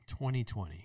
2020